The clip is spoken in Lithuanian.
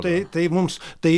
tai tai mums tai